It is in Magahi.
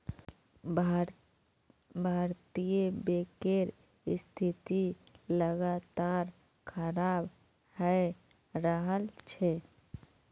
भारतीय बैंकेर स्थिति लगातार खराब हये रहल छे